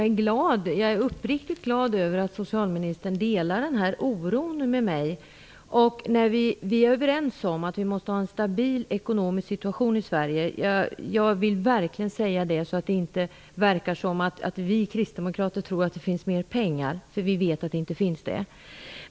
Fru talman! Jag är uppriktigt glad över att socialministern delar den här oron med mig. Vi är överens om att vi måste ha en stabil ekonomisk situation i Sverige. Jag vill verkligen säga det, så att det inte verkar som om vi kristdemokrater tror att det finns mer pengar. Vi vet att det inte finns det.